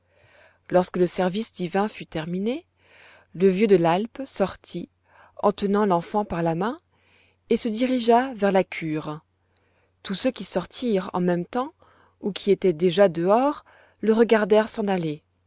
lorsque le service divin fut terminé le vieux de l'alpe sortit en tenant l'enfant par la main et se dirigea vers la cure tous ceux qui sortirent en même temps ou qui étaient déjà dehors le regardèrent s'en aller